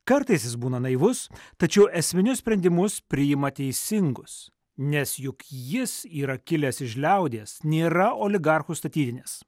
kartais jis būna naivus tačiau esminius sprendimus priima teisingus nes juk jis yra kilęs iš liaudies nėra oligarchų statytinis